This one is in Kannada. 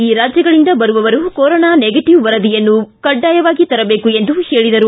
ಈ ರಾಜ್ಯಗಳಿಂದ ಬರುವವರು ಕೊರೋನಾ ನೆಗೆಟವ್ ವರದಿಯನ್ನು ಕಡ್ಡಾಯವಾಗಿ ತರಬೇಕು ಎಂದರು